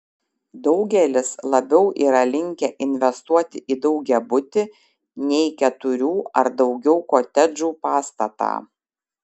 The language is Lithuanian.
daugelis labiau yra linkę investuoti į daugiabutį nei keturių ar daugiau kotedžų pastatą